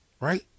right